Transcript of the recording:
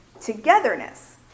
togetherness